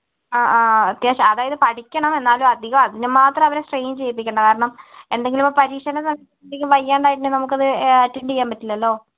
ആ ആ അത്യാവശ്യം അതായത് പഠിക്കണം എന്നാലും അത് അധികം അതിനുമാത്രം അവരെ സ്ട്രൈന് ചെയ്യിപ്പിക്കേണ്ട കാരണം എന്തെങ്കിലും പരീക്ഷേന്റെ സമയത്ത് വയ്യാണ്ടായി കഴിഞ്ഞാല് നമുക്കത് അറ്റന്ഡ് ചെയ്യാന് പറ്റില്ലല്ലോ